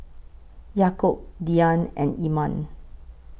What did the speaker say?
Yaakob Dian and Iman